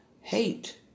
hate